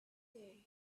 there